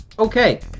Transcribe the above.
Okay